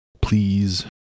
Please